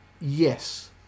yes